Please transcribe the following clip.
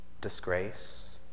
Disgrace